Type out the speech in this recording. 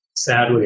Sadly